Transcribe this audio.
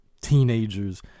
teenagers